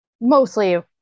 mostly